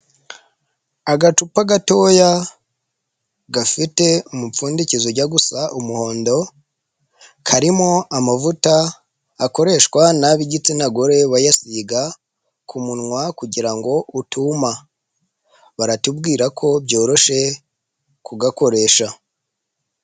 Agacupa gatoya gafite umupfundikizo ujya gusa umuhondo, karimo amavuta akoreshwa nab'igitsina gore bayasiga ku munwa kugira ngo utuma, baratubwira ko byoroshye kugakoresha.